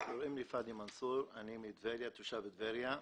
אני מטבריה,